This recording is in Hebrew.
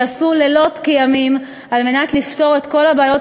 שעשו לילות כימים כדי לפתור את כל הבעיות